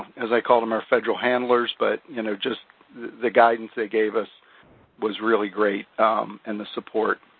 as i called them our federal handlers, but you know just the guidance they gave us was really great and the support.